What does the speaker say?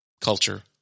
culture